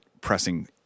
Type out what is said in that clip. pressing